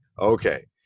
okay